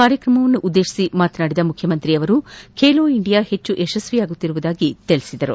ಕಾರ್ಯಕ್ರಮವನ್ನುದ್ದೇಶಿಸಿ ಮಾತನಾಡಿದ ಮುಖ್ಯಮಂತ್ರಿ ಸರ್ಬಾನಂದ್ ಸೋನಾವಾಲ್ ಖೇಲೋ ಇಂಡಿಯಾ ಹೆಚ್ಚು ಯಶಸ್ವಿಯಾಗುತ್ತಿರುವುದಾಗಿ ತಿಳಿಸಿದರು